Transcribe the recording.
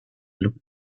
looked